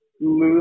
lose